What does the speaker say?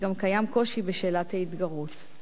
וגם קיים קושי בשאלת ההתגרות.